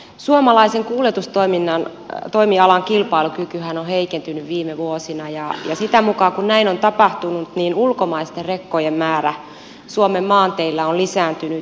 suomalaisen kuljetustoimialan kilpailukykyhän on heikentynyt viime vuosina ja sitä mukaa kuin näin on tapahtunut ulkomaisten rekkojen määrä suomen maanteillä on lisääntynyt